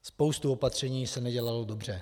Spousta opatření se nedělala dobře.